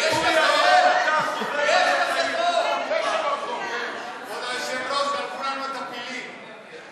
כבוד היושב-ראש, גנבו לנו את הפילים.